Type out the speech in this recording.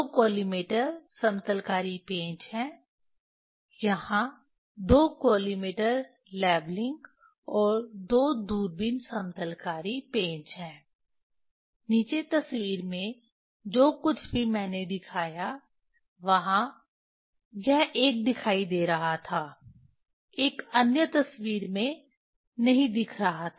दो कॉलिमेटर समतलकारी पेंच हैं यहां दो कॉलिमेटर लेवलिंग और दो दूरबीन समतलकारी पेंच हैं नीचे तस्वीर में जो कुछ भी मैंने दिखाया वहां यह एक दिखाई दे रहा था एक अन्य तस्वीर में नहीं दिख रहा था